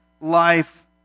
life